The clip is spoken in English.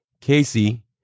Casey